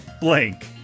blank